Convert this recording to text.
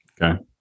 Okay